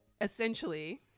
essentially